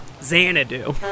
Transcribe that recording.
Xanadu